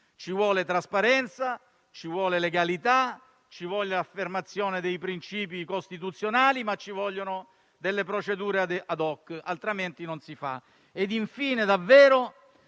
Ci vuole trasparenza, legalità, affermazione dei princìpi costituzionali, ma ci vogliono delle procedure *ad hoc,* altrimenti non si